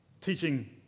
teaching